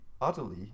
utterly